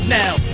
now